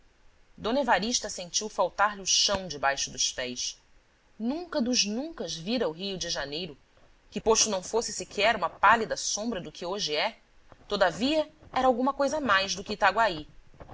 d evarista sentiu faltar-lhe o chão debaixo dos pés nunca dos nuncas vira o rio de janeiro que posto não fosse sequer uma pálida sombra do que hoje é todavia era alguma coisa mais do que